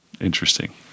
Interesting